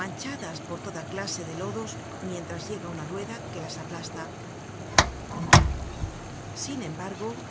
manchadas por toda clase de lodos mientras llega una rueda que las aplasta content from google book search generated at sin embargo